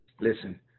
listen